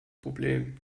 problem